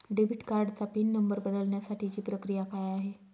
Debit कार्डचा PIN number बदलण्यासाठीची प्रक्रिया काय आहे?